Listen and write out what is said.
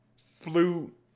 flute